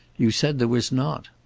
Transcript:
you said there was not.